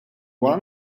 wara